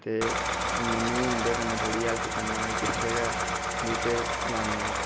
ते मिम्मी उं'दे कन्नै हैल्प कराना ते कट्ठे गै बूह्टे लान्ने अस